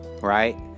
right